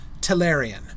Telerian